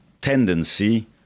tendency